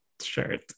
shirt